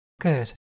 Good